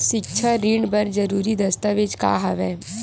सिक्छा ऋण बर जरूरी दस्तावेज का हवय?